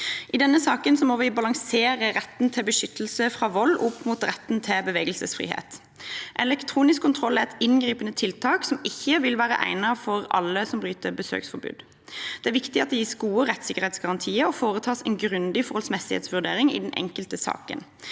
I denne saken må vi balansere retten til beskyttelse fra vold opp mot retten til bevegelsesfrihet. Elektronisk kontroll er et inngripende tiltak, som ikke vil være egnet for alle som bryter besøksforbud. Det er viktig at det gis gode rettsikkerhetsgarantier og foretas en grundig forholdsmessighetsvurdering i den enkelte saken.